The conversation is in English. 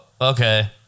okay